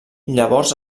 llavors